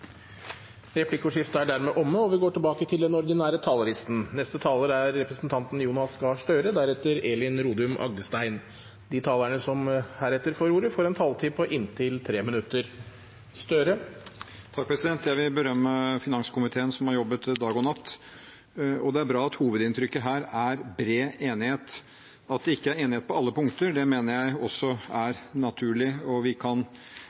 er aktuelle. Replikkordskiftet er omme. De talere som heretter får ordet, har en taletid på inntil 3 minutter. Jeg vil berømme finanskomiteen som har jobbet dag og natt. Det er bra at hovedinntrykket her er bred enighet. At det ikke er enighet på alle punkter, mener jeg også er naturlig og noe vi godt kan